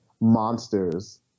monsters